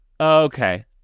Okay